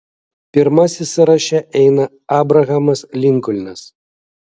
pirmasis sąraše eina abrahamas linkolnas